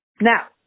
Now